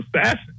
assassin